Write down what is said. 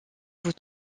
vous